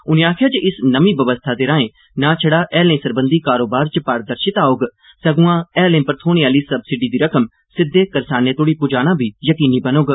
उनें आखेआ जे इस नमीं बवस्था राएं नां छड़ा हैलें सरबंधी कारोबार च पारदर्शिता औग सगुआं हैलें पर थ्होने आह्ली सब्सिडी दी रकम सिद्दे करसानें तोह्ड़ी पुजाना बी यकीनी बनोग